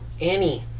Annie